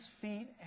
feet